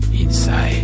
inside